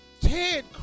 Ted